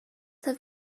have